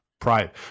private